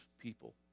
people